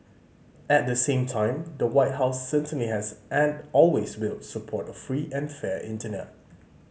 at the same time the White House certainly has and always will support a free and fair Internet